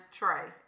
tray